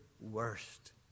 worst